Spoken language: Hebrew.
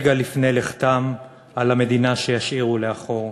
רגע לפני לכתם, על המדינה שישאירו מאחור?